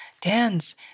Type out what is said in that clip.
Dance